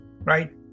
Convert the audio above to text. right